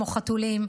כמו חתולים,